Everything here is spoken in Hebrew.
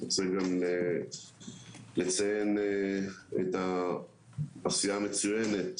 אני רוצה גם לציין את העשייה המצוינת,